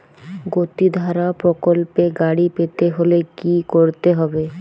গতিধারা প্রকল্পে গাড়ি পেতে হলে কি করতে হবে?